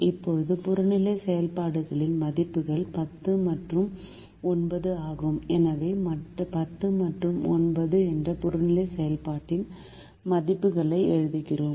இப்போது புறநிலை செயல்பாடுகளின் மதிப்புகள் 10 மற்றும் 9 ஆகும் எனவே 10 மற்றும் 9 என்ற புறநிலை செயல்பாட்டின் மதிப்புகளை எழுதுகிறோம்